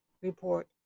report